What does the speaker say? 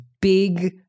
big